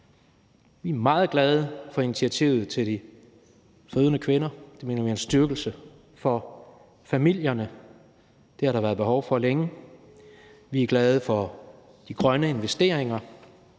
Vi er meget glade for initiativet for de fødende kvinder. Det mener vi er en styrkelse af familierne. Det har der været behov for længe. Vi er glade for de grønne investeringer.